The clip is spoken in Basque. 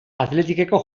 athleticeko